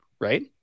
right